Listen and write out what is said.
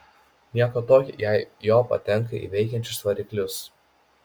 nieko tokio jei jo patenka į veikiančius variklius